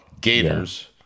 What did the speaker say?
Gators